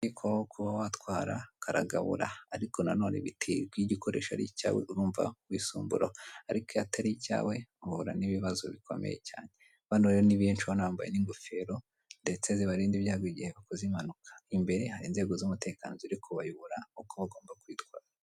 Akazi ko kuba watwara karagabura ariko none biterwa iyo igikoresho ari icyawe urumva wisumburo ariko atari icyawe uhura n'ibibazo bikomeye cyane bano rero ni benshi banambaye n'ingofero ndetse zibarinde ibyago igihe bakoze impanuka imbere hari inzego z'umutekano ziri kubayobora uko bagomba kwitwara